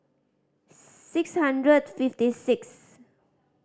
six hundred fifty six